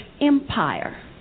Empire